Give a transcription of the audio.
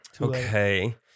okay